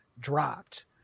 dropped